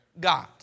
God